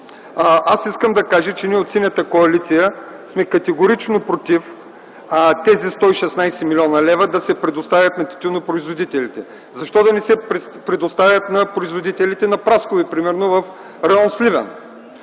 Искам да кажа, че ние от Синята коалиция сме категорично против тези 116 млн. лв. да се предоставят на тютюнопроизводителите. Защо да не се предоставят на производителите на праскови примерно в район Сливен?